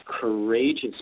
courageous